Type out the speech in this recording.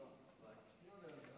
גברתי יושבת-ראש